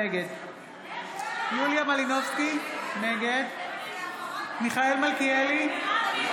נגד יוליה מלינובסקי, נגד מיכאל מלכיאלי, בעד אבי